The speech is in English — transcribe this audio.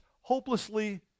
hopelessly